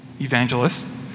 evangelists